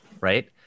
right